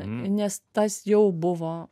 nes tas jau buvo